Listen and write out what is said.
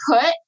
put